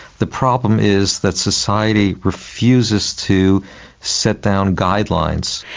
the problem is that society refuses to set down guidelines.